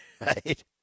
Right